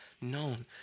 known